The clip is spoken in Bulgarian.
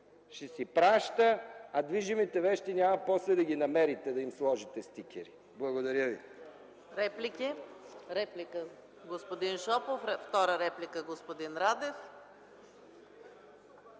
ще си праща, а движимите вещи после няма да ги намерите, за да им сложите стикери. Благодаря Ви.